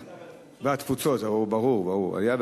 העלייה,